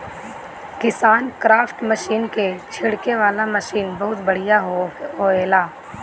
KisanKraft machine के छिड़के वाला मशीन बहुत बढ़िया होएला